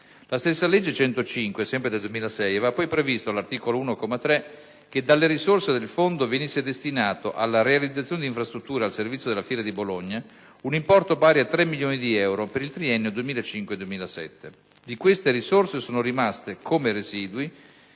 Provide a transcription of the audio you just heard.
La stessa legge n. 105 del 2006 aveva poi previsto all'articolo 1, comma 3, che dalle risorse del Fondo venisse destinato alla realizzazione di infrastrutture al servizio della fiera di Bologna un importo pari a 3 milioni di euro per il triennio 2005-2007. Di queste risorse sono rimasti, come residui